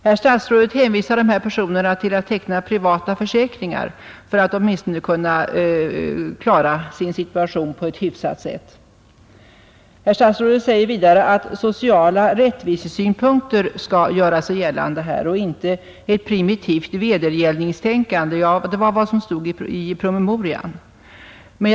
Herr statsrådet hänvisar dessa personer till att teckna privata försäkringar för att de åtminstone skall kunna klara sin situation på ett hyfsat sätt. Herr statsrådet säger även att sociala rättvisesynpunkter skall göra sig gällande här och inte ett primitivt vedergällningstänkande. Det var vad som stod i promemorian.